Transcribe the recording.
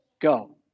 go